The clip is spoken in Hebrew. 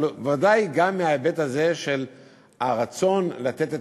אבל ודאי גם מההיבט הזה של הרצון לתת את